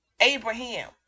Abraham